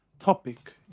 topic